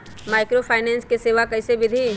Microfinance के सेवा कइसे विधि?